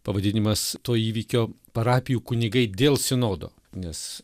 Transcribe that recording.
pavadinimas to įvykio parapijų kunigai dėl sinodo nes